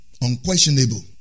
unquestionable